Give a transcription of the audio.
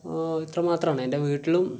ഇത്രമാത്രമാണ് എൻ്റെ വീട്ടിലും